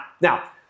Now